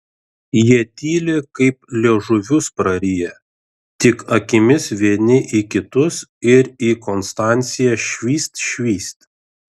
jie tyli kaip liežuvius prariję tik akimis vieni į kitus ir į konstanciją švyst švyst